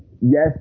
Yes